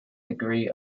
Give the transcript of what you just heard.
degree